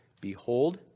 Behold